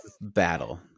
battle